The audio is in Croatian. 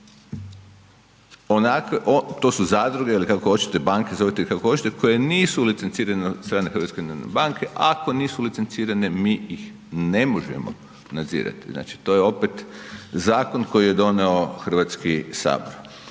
to su zadruge ili kako hoćete, banke, zovite ih kako hoćete koje nisu licencirane od strane Hrvatske narodne banke. Ako nisu licencirane, mi ih ne možemo nadzirati. Znači to je opet zakon koji je donio Hrvatski sabor.